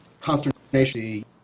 consternation